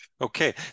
okay